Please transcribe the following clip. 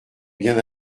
bien